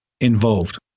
involved